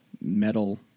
metal